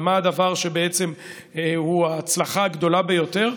ומה הדבר שהוא ההצלחה הגדולה ביותר?